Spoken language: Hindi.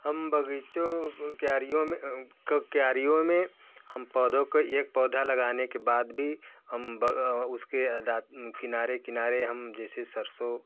हम बगग़ीचो क्यारियों में क्यारियों में हम पौधों को एक पौधा लगाने के बाद भी हम उसके किनारे किनारे हम जैसे सरसों